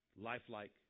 lifelike